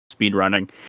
speedrunning